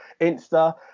Insta